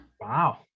wow